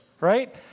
right